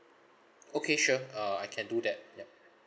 okay sure uh I can do that yup